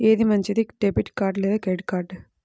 ఏది మంచిది, debit card లేదా క్రెడిట్ కార్డ్?